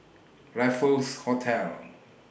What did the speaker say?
Raffles Hotel